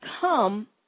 come